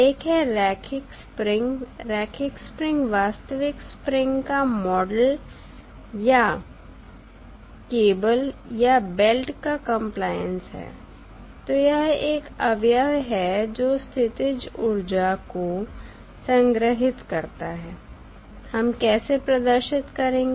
एक है रैखिक स्प्रिंग रैखिक स्प्रिंग वास्तविक स्प्रिंग का मॉडल या केबल या बेल्ट का कंप्लायंस है तो यह एक अवयव है जो स्थितिज ऊर्जा को संग्रहित करता है हम कैसे प्रदर्शित करेंगे